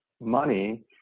money